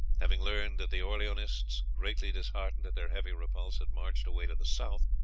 having learned that the orleanists, greatly disheartened at their heavy repulse, had marched away to the south,